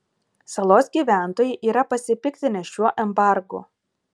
salos gyventojai yra pasipiktinę šiuo embargu